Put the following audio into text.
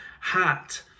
hat